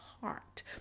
heart